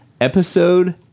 episode